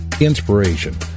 inspiration